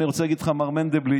אני רוצה להגיד לך, מר מנדלבליט: